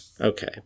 Okay